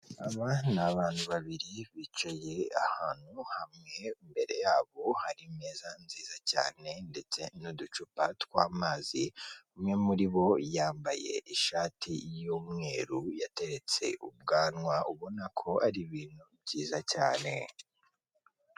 Aba n'abantu babiri bicaye ahantu hamwe, imbere yabo hari Imeza nziza cyane ndetse n'uducupa tw'amazi, umwe muri bo yambaye ishati y'umweru yateretse ubwanwa ubona ko ari ibintu byiza cyane.